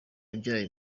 abyaye